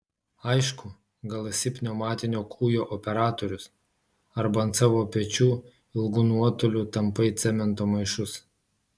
aišku gal esi pneumatinio kūjo operatorius arba ant savo pečių ilgu nuotoliu tampai cemento maišus